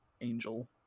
angel